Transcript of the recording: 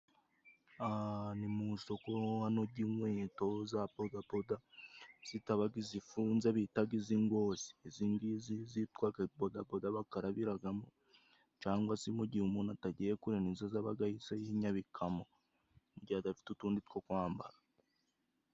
Ni mu isoko ry'inkweto za bodaboda zitaba zifunze nka za zindi bita iz'ingozi. Izi ngizi zitwa bodaboda, bakarabiramo cyangwa se mu gihe umuntu atagiye kure ni two ahita yinyabikamo. Igihe adafite utundi two kwambara.